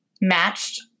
matched